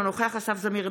אינו נוכח אסף זמיר,